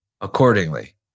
accordingly